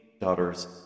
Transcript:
Daughters